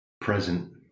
present